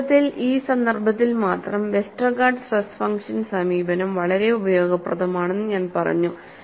വാസ്തവത്തിൽ ഈ സന്ദർഭത്തിൽ മാത്രം വെസ്റ്റർഗാർഡ് സ്ട്രെസ് ഫംഗ്ഷൻ സമീപനം വളരെ ഉപയോഗപ്രദമാണെന്ന് ഞാൻ പറഞ്ഞു